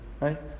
right